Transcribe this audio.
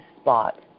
spot